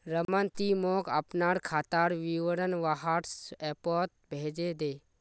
रमन ती मोक अपनार खातार विवरण व्हाट्सएपोत भेजे दे